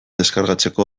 deskargatzeko